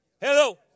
Hello